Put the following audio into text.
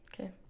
Okay